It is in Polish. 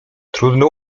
trudno